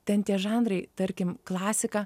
ten tie žanrai tarkim klasika